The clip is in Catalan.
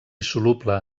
soluble